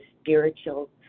spiritual